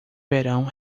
verão